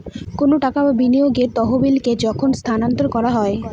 কোনো টাকা বা বিনিয়োগের তহবিলকে যখন স্থানান্তর করা হয়